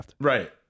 Right